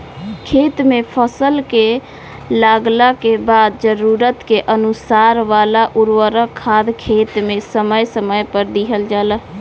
खेत में फसल के लागला के बाद जरूरत के अनुसार वाला उर्वरक खादर खेत में समय समय पर दिहल जाला